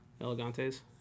Elegantes